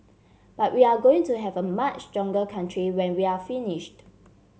but we're going to have a much stronger country when we're finished